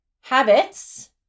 Habits